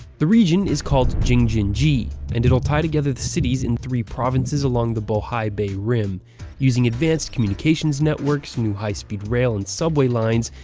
the region is called jing-jin-ji. and it will tie together the cities in the three provinces along the bohai bay rim using advanced communications networks, new high-speed rail and subway lines,